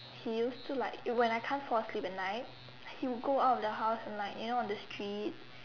he used to like when I can't fall sleep at night he would go out the house and like you know the street